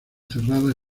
cerrada